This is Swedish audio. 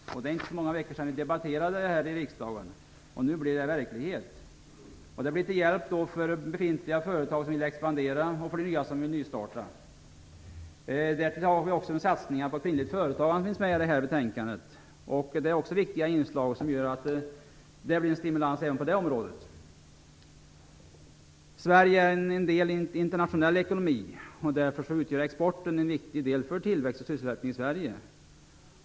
Det är inte så många veckor sedan vi debatterade detta i riksdagen. Nu blir det verklighet. Det blir till hjälp för befintliga företag som vill expandera och för nya som vill nystarta. Därtill har vi också satsningar på kvinnligt företagande med i detta betänkande. Det är också ett viktigt inslag som gör att det blir en stimulans även på det området. Sverige är en del i en internationell ekonomi. Därför utgör exporten en viktig del för tillväxt och sysselsättning i Sverige.